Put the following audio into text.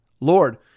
Lord